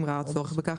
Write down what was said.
אם ראה צורך בכך,